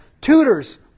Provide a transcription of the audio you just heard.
tutors